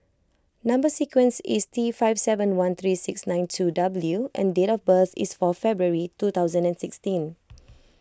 Number Sequence is T five seven one three six nine two W and date of birth is fourth February two thousand and sixteen